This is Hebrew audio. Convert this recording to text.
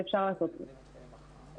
כזה של משרד החינוך.